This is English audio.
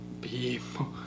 People